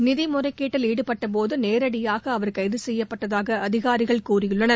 நிதி முறைகேட்டில் ஈடுபட்டபோது நேரடியாக அவர் கைது செய்யப்பட்டதாக அதிகாரிகள் கூறியுள்ளனர்